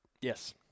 yes